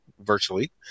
virtually